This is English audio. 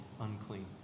unclean